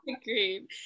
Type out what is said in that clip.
agreed